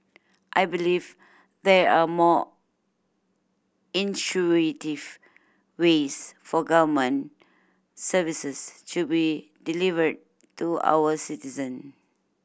I believe there are more intuitive ways for government services to be delivered to our citizen